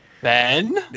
Ben